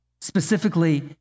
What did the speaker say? specifically